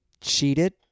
cheated